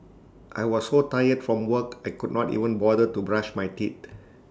I was so tired from work I could not even bother to brush my teeth